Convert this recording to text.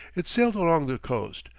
it sailed along the coast,